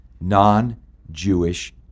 Non-Jewish